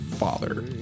father